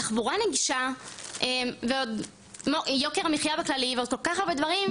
תחבורה נגישה ועוד יוקר המחיה בכללי ועוד כל כך הרבה דברים.